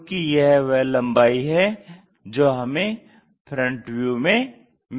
क्योंकि यह वह लम्बाई है जो हमें FV में मिलती है